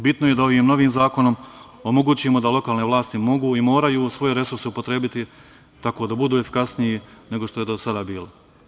Bitno je da je ovim novim zakonom omogućimo da lokalne vlasti mogu i moraju svoje resurse upotrebiti tako da budu efikasniji nego što je do sada bilo.